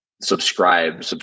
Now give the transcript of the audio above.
subscribe